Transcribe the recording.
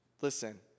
Listen